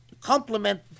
complement